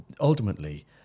ultimately